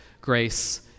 grace